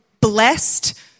blessed